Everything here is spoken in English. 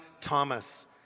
Thomas